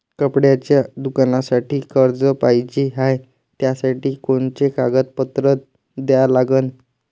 कपड्याच्या दुकानासाठी कर्ज पाहिजे हाय, त्यासाठी कोनचे कागदपत्र द्या लागन?